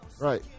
Right